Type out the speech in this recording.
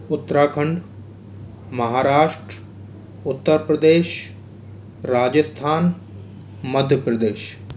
Uttarakhand Maharashtra Uttar Pradesh Rajasthan Madhya Pradesh